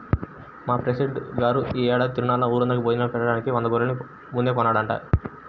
మా ఊరి పెసిడెంట్ గారు యీ ఏడాది తిరునాళ్ళలో ఊరందరికీ భోజనాలు బెట్టడానికి వంద గొర్రెల్ని ముందే కొన్నాడంట